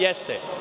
Jeste.